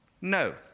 No